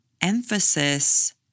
emphasis